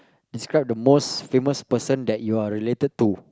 describe the most famous person that you are related to